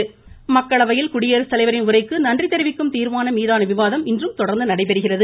மக்களவை மக்களவையில் குடியரசுத்தலைவரின் உரைக்கு நன்றி தெரிவிக்கும் தீர்மானம் மீதான விவாதம் இன்றும் தொடர்ந்து நடைபெறுகிறது